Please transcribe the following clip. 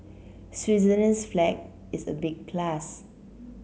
Switzerland's flag is a big plus